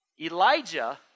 Elijah